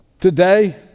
Today